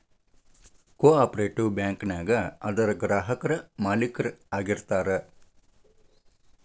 co operative bank ನ್ಯಾಗ ಅದರ್ ಗ್ರಾಹಕ್ರ ಮಾಲೇಕ್ರ ಆಗಿರ್ತಾರ